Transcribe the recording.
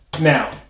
now